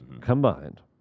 combined